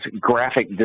graphic